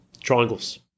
Triangles